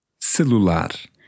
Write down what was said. celular